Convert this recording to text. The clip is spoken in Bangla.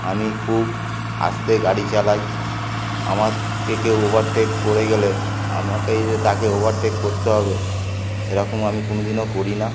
আমি খুব আস্তে গাড়ি চালাই আমারকে কেউ ওভারটেক করে গেলে আমাকেই যে তাকে ওভারটেক করতে হবে সেরকম আমি কোনো দিনও করি না